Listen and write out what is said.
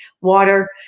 Water